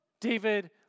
David